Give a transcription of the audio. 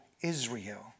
Israel